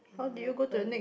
eleven